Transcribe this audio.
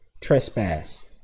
trespass